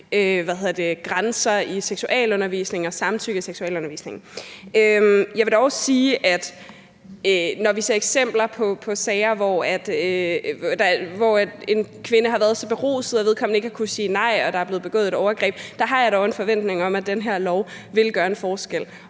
det her med grænser og samtykke i seksualundervisningen. Jeg vil dog sige, at når vi ser eksempler på sager, hvor en kvinde har været så beruset, at hun ikke har kunnet sige nej, og der er blevet begået et overgreb, har jeg dog en forventning om, at den her lov vil gøre en forskel.